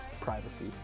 privacy